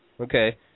Okay